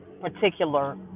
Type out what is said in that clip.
particular